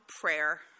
prayer